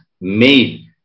made